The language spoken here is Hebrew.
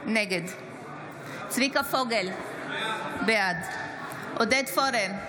נגד צביקה פוגל, בעד עודד פורר,